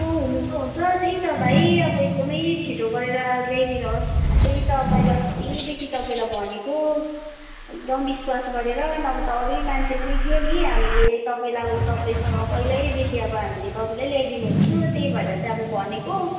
हुनु त हुन्छ त्यही त भाइ अब एकदमै छिटो गरेर ल्याइदिनुहोस् त्यही त मैले अस्तिदेखि तपाईँलाई भनेको एकदम विश्वास गरेर नभए त अरू नै मान्छे पनि थियो नि हामीले तपाईँलाई अबबो तपाईसँग पहिल्यैदेखि अब हामीले तपाईँलाई ल्याइदिनु हुन्थ्यो त्यही भएर चाहिँ अब भनेको